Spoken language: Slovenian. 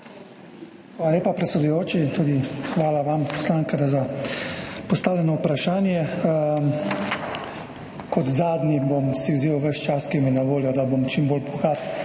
lepa, predsedujoči. Tudi hvala vam, poslanka, za postavljeno vprašanje. Kot zadnji si bom vzel ves čas, ki mi je na voljo, da bom čim bolj bogat